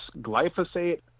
glyphosate